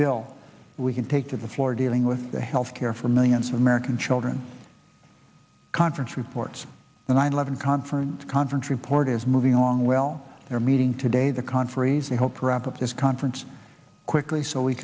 bill we can take to the floor dealing with the health care for millions of american children conference report the nine eleven conference conference report is moving along well they're meeting today the conferees they hope to wrap up this conference quickly so we